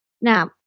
Now